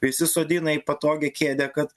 įsisodina į patogią kėdę kad